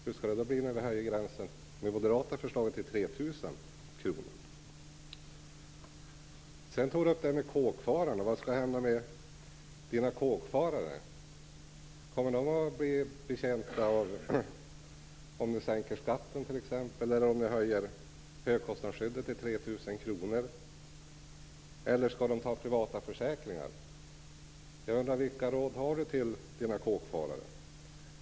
Hur skall det bli med det moderata förslaget om en gräns vid 3 000 kr? Göran Lindblad undrade vad som skulle hända med kåkfararna. Kommer de att vara betjänta t.ex. av att skatten sänks eller av att högkostnadsskyddet höjs till 3 000 kr? Eller skall de teckna privata försäkringar? Jag undrar vilka råd Göran Lindblad har till sina kåkfarare.